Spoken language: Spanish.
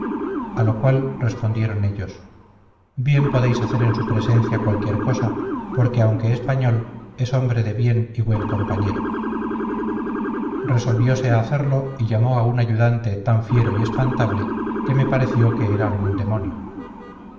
a lo cual respondieron ellos bien podéis hacer en su presencia cualquiera cosa porque aunque español es hombre de bien y buen compañero resolviose a hacerlo y llamó a un ayudante tan fiero y espantable que me pareció que era algún demonio